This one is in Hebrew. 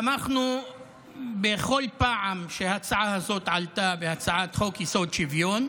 תמכנו בכל פעם שההצעה הזאת עלתה בהצעת חוק-יסוד: שוויון,